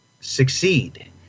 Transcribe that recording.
succeed